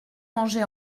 mangé